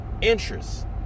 interest